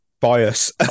Bias